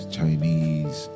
Chinese